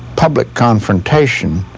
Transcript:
public confrontation